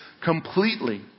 completely